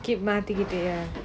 keep my ticket there